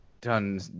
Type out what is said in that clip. done